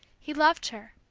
he loved her.